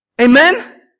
Amen